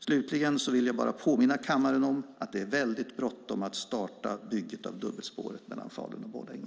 Slutligen vill jag bara påminna kammaren om att det är väldigt bråttom att starta bygget av dubbelspåret mellan Falun och Borlänge.